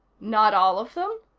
not all of them?